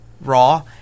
Raw